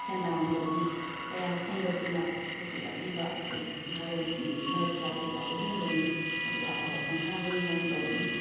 ꯁꯦꯟꯗꯥꯟ ꯂꯝꯕꯤ ꯀꯌꯥ ꯁꯦꯝꯒꯠꯇꯨꯅ ꯄꯨꯈꯠꯂꯛꯂꯤꯕ ꯑꯁꯤ ꯅꯍꯥꯔꯣꯜꯁꯤꯡꯒꯤ ꯃꯔꯛꯇ ꯂꯩꯕ ꯑꯍꯣꯡꯕꯅꯤ ꯑꯗꯨꯒ ꯑꯐꯕ ꯈꯣꯡꯊꯥꯡꯅꯤ ꯍꯥꯏꯅ ꯂꯧꯒꯅꯤ